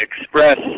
express